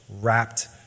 wrapped